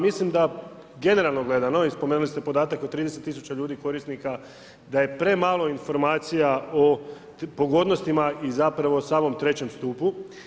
Mislim da generalno gledano i spomenuli ste podatak od 30 tisuća ljudi korisnika, da je premalo informacija o pogodnostima i zapravo, samom III stupu.